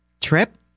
trip